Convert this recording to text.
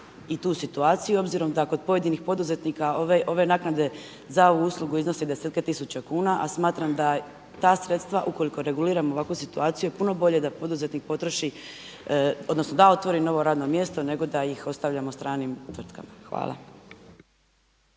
i tu situaciju i obzirom da kod pojedinih poduzetnika ove naknade za ovu uslugu iznose desetke tisuća kuna, a smatram da ta sredstva ukoliko reguliramo ovakvu situaciju puno bolje da poduzetnik potroši odnosno da otvori novo radno mjesto nego da ih ostavljamo stranim tvrtkama. Hvala.